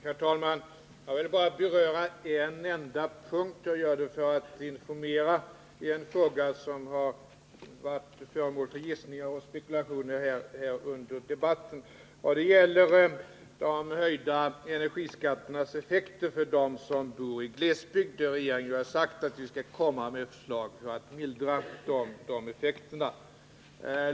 Herr talman! Jag vill bara beröra en enda punkt för att informera om en fråga som varit föremål för gissningar och spekulationer här under debatten, och den gäller de höjda energiskatternas effekt för dem som bor i glesbygder. Regeringen har sagt att vi skall framlägga förslag för att mildra de effekterna.